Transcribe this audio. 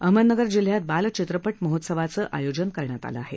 अहमदनगर जिल्ह्यात बालचित्रपट महोत्सवाचं आयोजन करण्यात आलं आहे